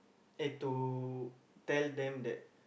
eh to tell them that